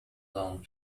long